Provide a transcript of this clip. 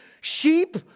Sheep